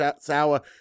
sour